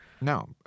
No